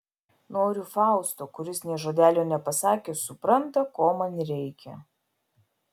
noriu fausto kuris nė žodelio nepasakius supranta ko man reikia